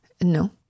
no